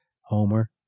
Homer